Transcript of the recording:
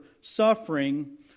suffering